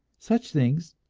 such things,